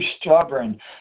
stubborn